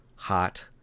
hot